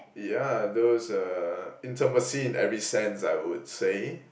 yeah those uh intimacy in every sense I would say